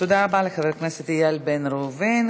תודה רבה לחבר הכנסת איל בן ראובן.